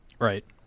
right